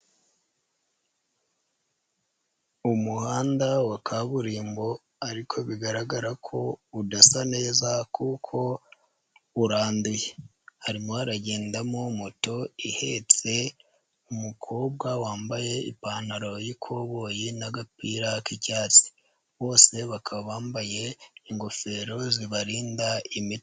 Umuhanda wa kaburimbo ariko bigaragara ko udasa neza kuko uranduye, harimo haragendamo moto ihetse umukobwa wambaye ipantaro y'ikoboyi n'agapira k'icyatsi, bose bakaba bambaye ingofero zibarinda imi.